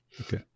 Okay